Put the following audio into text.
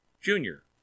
Junior